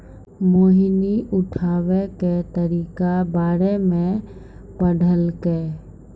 मोहिनी उठाबै के तरीका बारे मे पढ़लकै